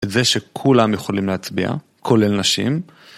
את זה שכולם יכולים להצביע, כולל נשים.